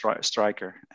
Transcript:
striker